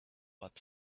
but